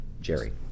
Jerry